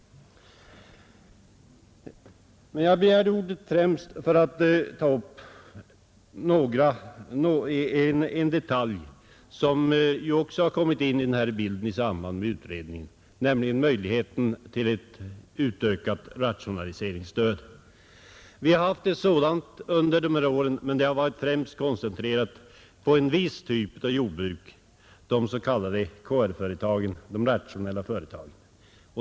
Jag begärde ordet främst för att ta upp en detalj som också har kommit in i bilden i samband med utredningen, nämligen möjligheten till ett utökat rationaliseringsstöd. Vi har haft ett sådant under dessa år, men det har främst varit koncentrerat på en viss typ av jordbruk, de s.k. KR-företagen, de rationella företagen.